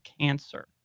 cancer